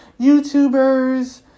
YouTubers